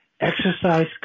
Exercise